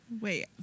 wait